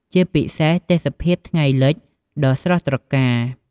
ជាពិសេសទេសភាពថ្ងៃលិចដ៏ស្រស់ត្រកាល។